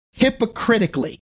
hypocritically